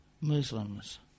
Muslims